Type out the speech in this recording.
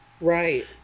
Right